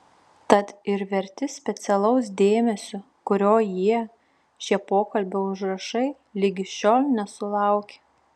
tad ir verti specialaus dėmesio kurio jie šie pokalbio užrašai ligi šiol nesulaukė